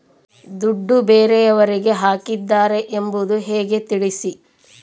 ದುಡ್ಡು ಬೇರೆಯವರಿಗೆ ಹಾಕಿದ್ದಾರೆ ಎಂಬುದು ಹೇಗೆ ತಿಳಿಸಿ?